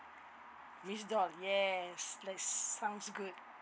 miss doll yes that sounds good